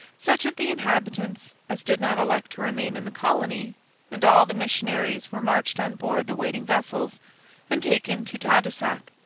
such of the inhabitants as did not elect to remain in the colony and all the missionaries were marched on board the waiting vessels and taken to tadoussac,